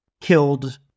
killed